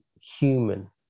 human